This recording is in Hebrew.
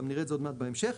גם נראה עוד מעט בהמשך,